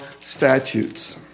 statutes